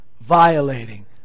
violating